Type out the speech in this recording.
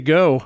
go